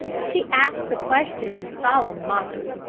she asked the question in solemn mockery,